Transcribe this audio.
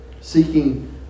Seeking